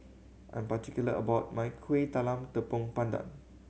I'm particular about my Kuih Talam Tepong Pandan